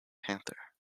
panther